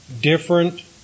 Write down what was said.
different